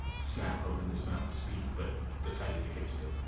snap opened mouth to speak but decided against it.